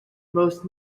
most